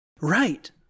Right